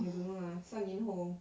you don't know ah 三年后